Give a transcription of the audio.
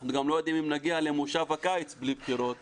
אנחנו גם לא יודעים אם נגיע לכנס הקיץ בלי בחירות.